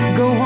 go